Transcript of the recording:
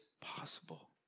possible